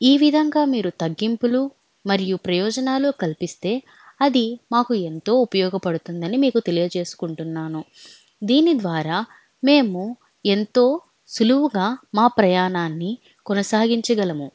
ఈ విధంగా మీరు తగ్గింపులు మరియు ప్రయోజనాలు కల్పిస్తే అది మాకు ఎంతో ఉపయోగపడుతుందని మీకు తెలియజేసుకుంటున్నాను దీని ద్వారా మేము ఎంతో సులువుగా మా ప్రయాణాన్ని కొనసాగించగలము